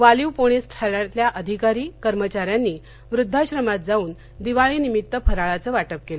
Waliv police ठाण्यातल्या अधिकारी कर्मचाऱ्यांनी वृद्वाश्रमात जाऊन दिवाळी निमित्त फराळाचं वाटप केलं